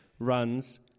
runs